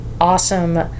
awesome